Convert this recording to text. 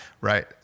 right